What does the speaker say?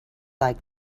like